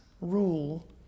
rule